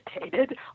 irritated